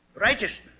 Righteousness